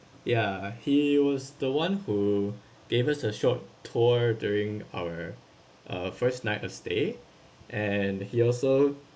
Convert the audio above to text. ya he was the one who gave us a short tour during our uh first night at stay and he also